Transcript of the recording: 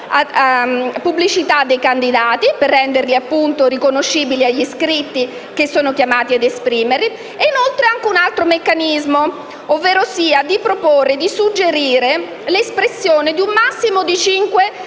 pubblicità dei candidati, per renderli appunto riconoscibili agli iscritti che sono chiamati ad esprimersi, nonché un altro meccanismo, ovverosia proporre e suggerire l'espressione di un massimo di cinque